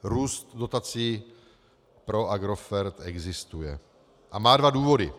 Růst dotací pro Agrofert existuje a má dva důvody.